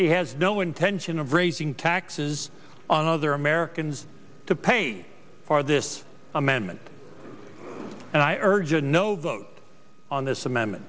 he has no intention of raising taxes on other americans to pay for this amendment and i urge a no vote on this amendment